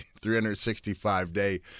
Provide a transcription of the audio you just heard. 365-day